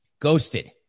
Ghosted